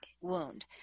wound